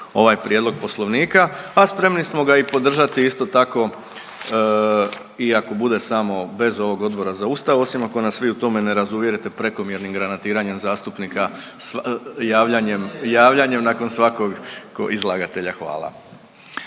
ovaj prijedlog Poslovnika, a spremni smo ga i podržati isto tako iako bude samo bez ovog Odbora za Ustav osim ako nas vi u tome ne razuvjerite prekomjernim granatiranjem zastupnika javljanjem nakon svakog izlagatelja. Hvala.